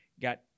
got